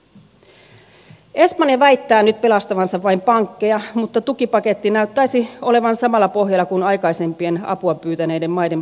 espanja väittää nyt pelastavansa vain pankkeja mutta tukipaketti näyttäisi olevan samalla pohjalla kuin aikaisempien apua pyytäneiden maiden paketit